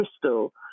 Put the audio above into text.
Crystal